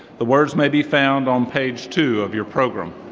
the words may be found on page two of your program.